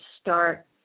start